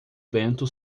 vento